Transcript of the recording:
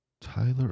Tyler